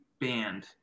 banned